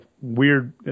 weird